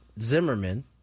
Zimmerman